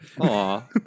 Aw